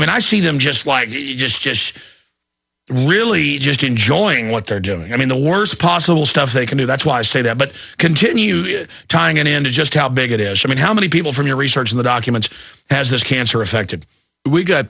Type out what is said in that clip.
i mean i see them just like you just just really just enjoying what they're doing i mean the worst possible stuff they can do that's why i say that but continue tying it into just how big it is i mean how many people from your research in the documents has this cancer affected we got